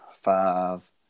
five